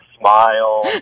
smile